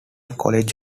college